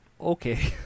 okay